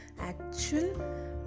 actual